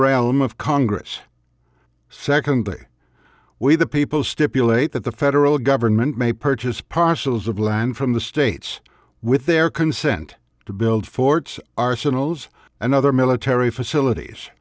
realm of congress secondly we the people stipulate that the federal government may purchase parcels of land from the states with their consent to build forts arsenals and other military facilities